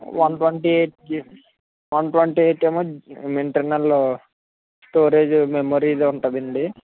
one twenty eight GB one twenty eight ఏమో internal storage మెమోరిది ఉంటాదండి